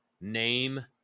name